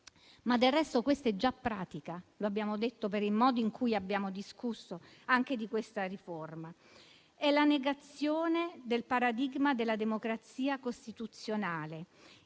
ma, del resto, questo è già pratica. Lo abbiamo detto per il modo in cui abbiamo discusso anche di questa riforma. È la negazione del paradigma della democrazia costituzionale: